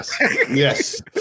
Yes